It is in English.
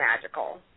magical